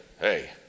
hey